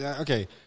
okay